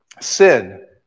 sin